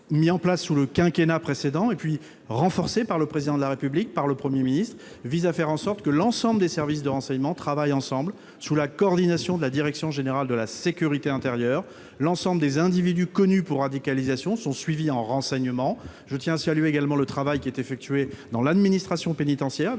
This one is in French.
mis en place sous le quinquennat précédent et puis renforcée par le président de la République par le 1er ministre vise à faire en sorte que l'ensemble des services de renseignements travaillent ensemble, sous la coordination de la direction générale de la sécurité intérieure, l'ensemble des individus, connu pour radicalisation sont suivis en renseignements je tiens salue également le travail qui est effectué dans l'administration pénitentiaire,